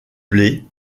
blé